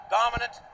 dominant